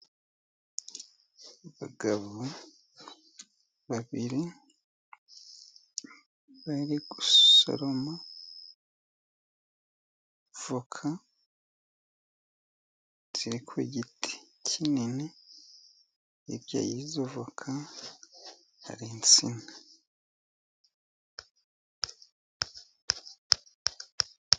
Abagabo babiri bari gusoroma voka ziri ku giti kinini, izo voka hari insina.